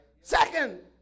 Second